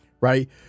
Right